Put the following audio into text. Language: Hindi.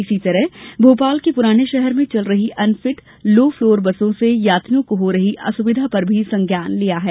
इसी तरह भोपाल के पुराने शहर में दौड़ रही अनफिट लो फलोर बसों से यात्रियों को हो रही असुविधा पर भी संज्ञान लिया गया है